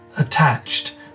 attached